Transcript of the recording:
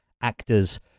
actors